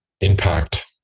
impact